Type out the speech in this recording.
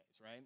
right